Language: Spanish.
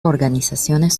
organizaciones